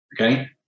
okay